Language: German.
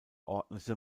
ordnete